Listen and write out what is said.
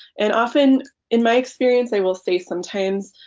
and often in my experience they will say sometimes